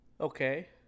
Okay